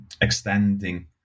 extending